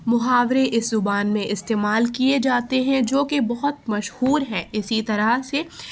محاورے اس زبان میں استعمال کئے جاتے ہیں جوکہ بہت مشہور ہیں اسی طرح سے